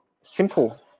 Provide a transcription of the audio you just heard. Simple